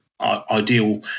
ideal